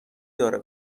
داره